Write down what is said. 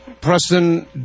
Preston